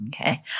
Okay